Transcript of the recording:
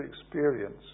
experience